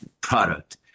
product